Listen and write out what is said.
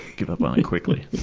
give up on it quickly.